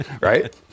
right